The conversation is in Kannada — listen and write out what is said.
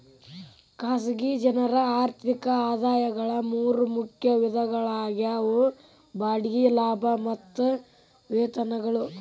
ಖಾಸಗಿ ಜನರ ಆರ್ಥಿಕ ಆದಾಯಗಳ ಮೂರ ಮುಖ್ಯ ವಿಧಗಳಾಗ್ಯಾವ ಬಾಡಿಗೆ ಲಾಭ ಮತ್ತ ವೇತನಗಳು